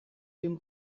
dem